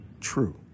True